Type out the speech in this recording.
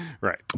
right